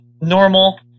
normal